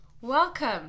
welcome